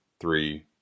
three